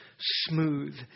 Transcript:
smooth